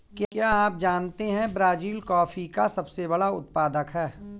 क्या आप जानते है ब्राज़ील कॉफ़ी का सबसे बड़ा उत्पादक है